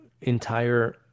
entire